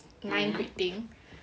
line greeting